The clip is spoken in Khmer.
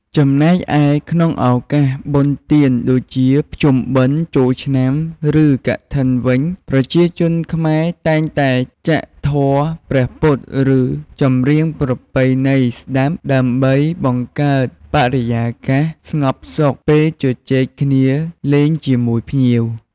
ចំំណែកឯក្នុងឱកាសបុណ្យទាន ដូចជា ភ្ជុំបិណ្ធ ចូលឆ្នាំ ឬ កឋិនវិញ ប្រជាជនខ្មែរតែងតែចាក់ធម៌ព្រះពុទ្ធ ឬ ចម្រៀងប្រពៃណីស្ដាប់ ដើម្បីបង្កើតបរិយាកាសស្ងប់សុខ ពេលជជែកគ្នាលេងជាមួយភ្ញៀវ។